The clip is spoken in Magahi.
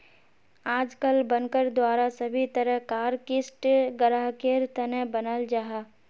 आजकल बनकर द्वारा सभी तरह कार क़िस्त ग्राहकेर तने बनाल जाहा